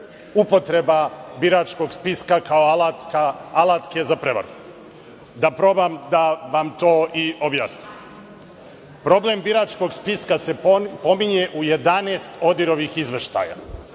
upotreba biračkog spiska kao alatke za prevaru. Da probam da vam to i objasnim. Problem biračkog spiska se pominje u 11 ODIHR-ih izveštaja.